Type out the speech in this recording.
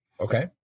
Okay